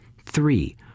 three